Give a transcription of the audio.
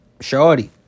shorty